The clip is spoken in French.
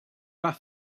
pas